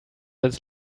als